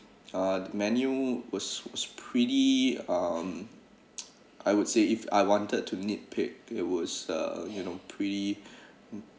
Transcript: uh menu was was pretty um I would say if I wanted to nitpick it was uh you know pretty